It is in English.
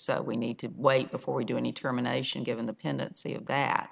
so we need to wait before we do any termination given the pendency of that